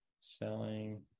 selling